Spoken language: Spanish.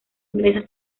inglesa